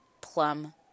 plum